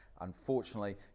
unfortunately